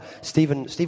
Stephen